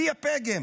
הוא הפגם.